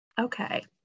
Okay